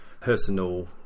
personal